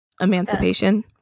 Emancipation